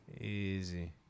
Easy